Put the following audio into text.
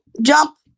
Jump